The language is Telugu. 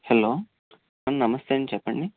హలో నమస్తే అండి చెప్పండి